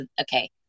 Okay